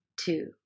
two